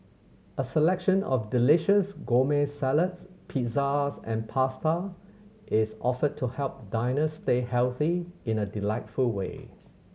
a selection of delicious gourmet salads pizzas and pasta is offered to help diners stay healthy in a delightful way